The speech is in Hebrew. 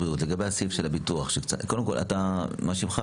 מה שמך?